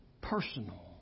personal